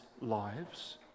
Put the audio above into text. lives